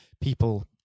people